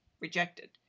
rejected